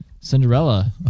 Cinderella